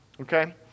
okay